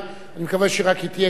אני מקווה רק שהיא תהיה קצרה,